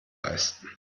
leisten